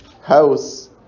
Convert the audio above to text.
house